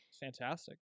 Fantastic